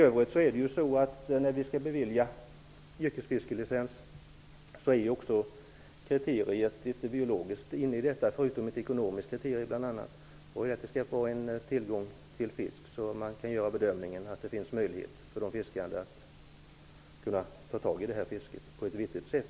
När man skall bevilja yrkesfiskelicens finns det förutom t.ex. ekonomiska kriterier också biologiska kriterier att gå efter. Tillgången till fisk skall vara sådan att man kan göra bedömningen att det finns möjlighet för de fiskande att fiska på ett vettigt sätt.